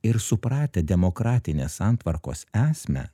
ir supratę demokratinės santvarkos esmę